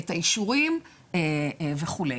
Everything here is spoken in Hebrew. את האישורים וכו'.